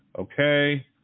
okay